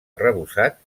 arrebossat